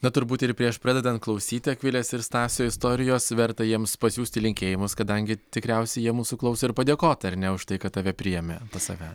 na turbūt ir prieš pradedant klausyti akvilės ir stasio istorijos verta jiems pasiųsti linkėjimus kadangi tikriausiai jie mūsų klauso ir padėkoti ar ne už tai kad tave priėmė pas save